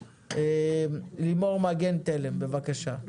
לימור מגן תלם, בבקשה.